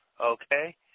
Okay